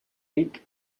weak